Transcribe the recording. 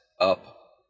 up